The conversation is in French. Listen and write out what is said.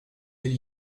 elle